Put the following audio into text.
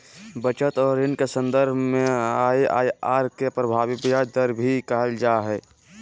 बचत और ऋण के सन्दर्भ में आइ.आइ.आर के प्रभावी ब्याज दर भी कहल जा हइ